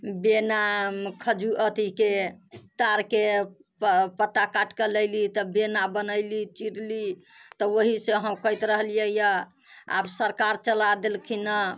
बेना खजू अथीके ताड़के पत्ता काटिकऽ लैली तब बेना बनैली चिरली तऽ ओहीसँ हौङ्कैत रहलियै आब सरकार चला देलखिन हँ